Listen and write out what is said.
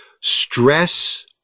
stress